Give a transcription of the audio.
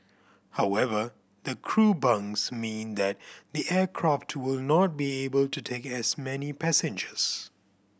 however the crew bunks mean that the aircraft will not be able to take as many passengers